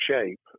shape